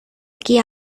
aquí